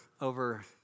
over